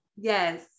yes